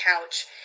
couch